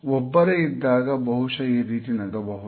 ಒಬ್ಬರೇ ಇದ್ದಾಗ ಬಹುಶ ಈ ರೀತಿ ನಗಬಹುದು